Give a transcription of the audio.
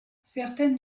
certaines